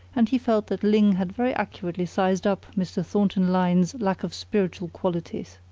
and he felt that ling had very accurately sized up mr. thornton lyne's lack of spiritual qualities.